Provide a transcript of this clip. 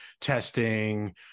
testing